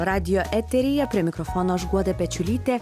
radijo eteryje prie mikrofono aš guoda pečiulytė